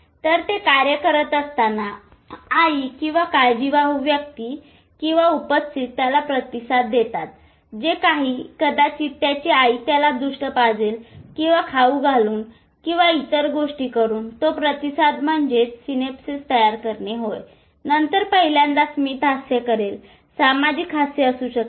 तर ते कार्य करत असताना आई किंवा काळजीवाहू व्यक्ती किंवा उपस्थित त्यास प्रतिसाद देतात जे कदाचित त्याची आई त्याला दुष्ट पाजेल किंवा खाऊ घालून किंवा इतर गोष्टी करून तो प्रतिसाद म्हणजेच सिनेप्सेस तयार करणे होय नंतर पहिल्यांदा स्मित हास्य करेल सामाजिक हास्य असू शकेल